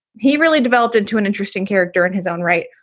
he really developed into an interesting character in his own right.